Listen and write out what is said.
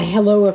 Hello